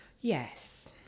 Yes